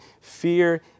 fear